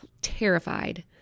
terrified